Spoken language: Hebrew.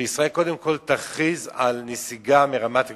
שישראל קודם כול תכריז על נסיגה מרמת-הגולן